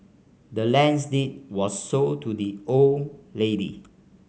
the land's deed was sold to the old lady